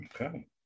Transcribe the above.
Okay